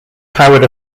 powered